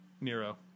Nero